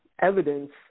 evidence